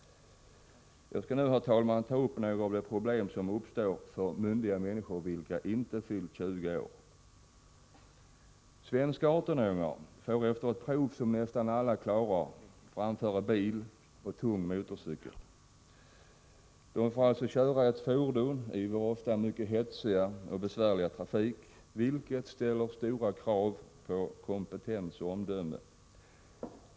Jag skall nu, herr talman, ta upp några av de problem som uppstår för myndiga människor vilka inte fyllt 20 år. Svenska 18-åringar får efter ett prov som nästan alla klarar framföra bil och tung motorcykel. De får alltså köra ett fordon i vår ofta mycket hetsiga och besvärliga trafik, vilket ställer stora krav på kompetens och omdöme.